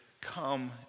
come